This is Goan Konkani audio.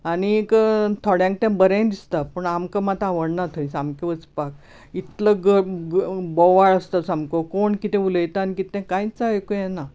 आनीक थोड्यांक ते बरेय दिसता पूण आमकां मात आवडना थंय सामके वचपाक इतली ग ग बोवाळ आसता सामको कोण कितें उलयता आनी कितें ते कांयच आयकूं येना